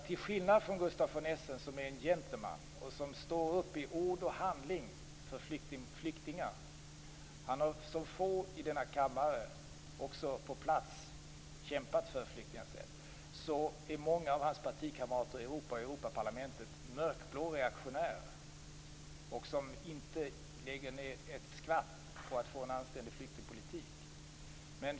Till skillnad från Gustaf von Essen, som är en gentleman och som står upp i ord och handling för flyktingar - han har som få i denna kammare också på plats kämpat för flyktingars rätt - är många av hans partikamrater i Europa och Europaparlamentet mörkblå reaktionärer som inte lägger ned ett dugg på att få en anständig flyktingpolitik.